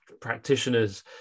practitioners